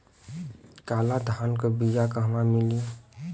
काला धान क बिया कहवा मिली?